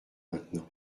maintenant